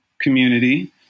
community